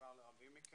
שמוכר לרבים מכם.